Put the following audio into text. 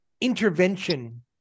intervention